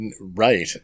Right